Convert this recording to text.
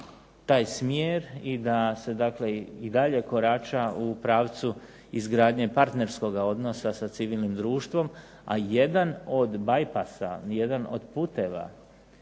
taj smjer i da se dakle i dalje korača u pravcu izgradnje partnerskoga odnosa sa civilnim društvom, a jedan od bypassa, jedan od puteva